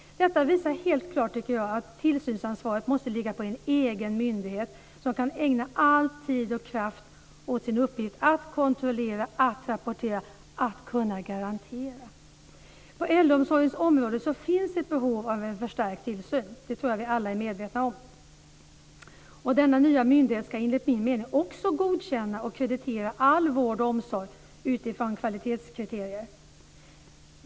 Det tycker jag helt klart visar att tillsynsansvaret måste ligga på en egen myndighet som kan ägna all tid och kraft åt sin uppgift att kontrollera, att rapportera och att kunna garantera. På äldreomsorgens område finns ett behov av en förstärkt tillsyn - det tror jag att vi alla är medvetna om. Denna nya myndighet ska enligt min mening också godkänna och kreditera all vård och omsorg utifrån kvalitetskriterier.